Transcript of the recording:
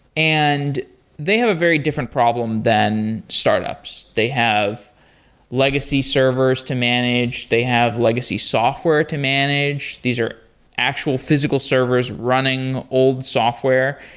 and they have a very different problem than startups. they have legacy servers to manage. they have legacy software to manage. these are actual physical servers running old software,